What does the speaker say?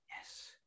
Yes